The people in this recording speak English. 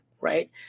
right